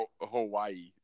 Hawaii